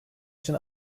için